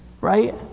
right